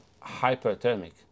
hyperthermic